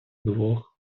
двох